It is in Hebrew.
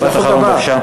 זה החוק הבא.